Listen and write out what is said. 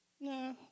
No